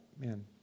Man